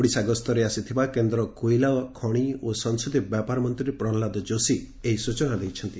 ଓଡ଼ିଶା ଗସ୍ତରେ ଆସିଥିବା କେଦ୍ କୋଇଲା ଖଣି ଓ ସଂସଦୀୟ ବ୍ୟାପାର ମନ୍ତୀ ପ୍ରହ୍ଲାଦ ଯୋଶୀ ଏହି ସୂଚନା ଦେଇଛନ୍ତି